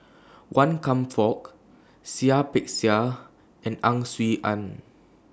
Wan Kam Fook Seah Peck Seah and Ang Swee Aun